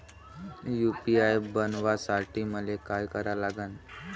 UPI बनवासाठी मले काय करा लागन?